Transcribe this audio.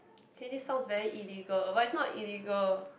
okay this sounds very illegal but it's not illegal